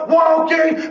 walking